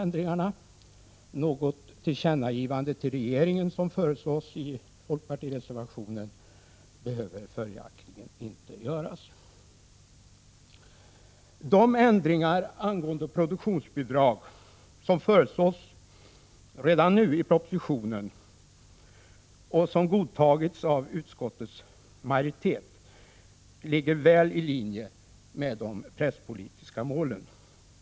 Något tillkännagivande till regeringen, som föreslås i folkpartireservationen, behöver följaktligen inte göras. De ändringar angående produktionsbidrag som föreslås redan nu i propositionen och som godtagits av utskottets majoritet ligger väl i linje med de presspolitiska målen.